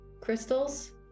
crystals